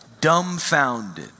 Dumbfounded